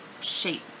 shape